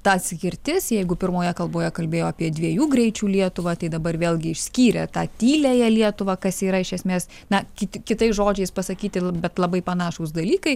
ta atskirtis jeigu pirmoje kalboje kalbėjo apie dviejų greičių lietuvą tai dabar vėlgi išskyrė tą tyliąją lietuvą kas yra iš esmės na kiti kitais žodžiais pasakyti bet labai panašūs dalykai